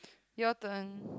your turn